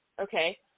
okay